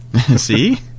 See